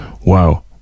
wow